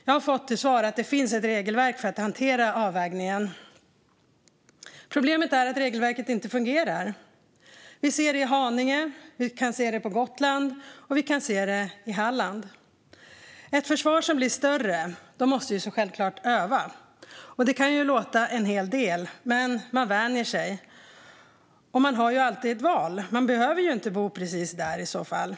Jag har fått till svar att det finns ett regelverk för att hantera avvägningen. Problemet är att regelverket inte fungerar. Vi ser det i Haninge, vi kan se det på Gotland och vi kan se det i Halland. Ett försvar som blir större måste självklart öva. Det kan ju låta en hel del, men man vänjer sig. Man har ju alltid ett val. Man behöver inte bo precis där i så fall.